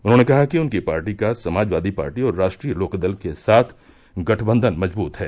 उन्होंने कहा कि उनकी पार्टी का समाजवादी पार्टी और राष्ट्रीय लोकदल के साथ गठबंधन मजबूत है